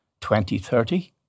2030